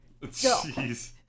Jeez